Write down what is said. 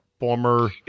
former